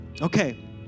Okay